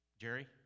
Jerry